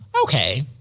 Okay